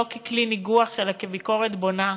לא ככלי ניגוח, אלא כביקורת בונה,